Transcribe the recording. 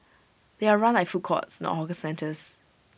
they are run like food courts not hawker centres